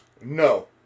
no